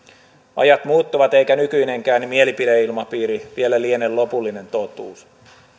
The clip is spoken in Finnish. ajat muuttuvat eikä nykyinenkään mielipideilmapiiri vielä liene lopullinen totuus